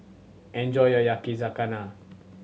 enjoy your Yakizakana